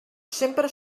sempre